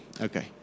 Okay